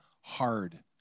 hard